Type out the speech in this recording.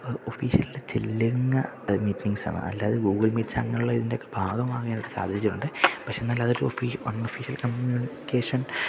ഒഫീഷ്യലില് ചെല്ലുന്ന മീറ്റിംഗങ്സാണ് അല്ലാതെ ഗൂഗിൾ മീറ്റ്സ് അങ്ങനെയുള്ള ഇതിൻ്റെയൊക്കെ ഭാഗമാകാനായിട്ട് സാധിച്ചിട്ടുണ്ട് പക്ഷേ എന്നാലതൊരു അൺഒഫീഷ്യൽ കമ്മ്യൂണിക്കേഷൻ